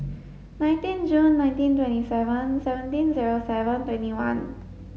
nineteen June nineteen twenty seven seventeen zero seven twenty one